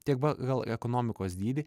tiek pagal ekonomikos dydį